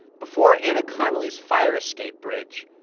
before anna connelly's fire escape bridge,